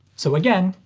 so again,